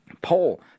Poll